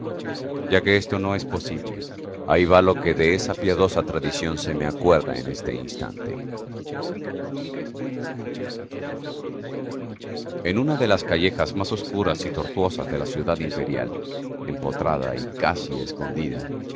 ya que esto no es posible ahí va lo que de esa piadosa tradición se me acuerda en este instante en una de las callejas más oscuras y tortuosas de la ciudad imperial empotrada y casi escondida